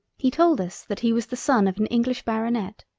he told us that he was the son of an english baronet,